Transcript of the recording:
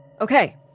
Okay